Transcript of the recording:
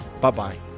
Bye-bye